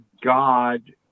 God